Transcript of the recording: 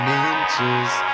inches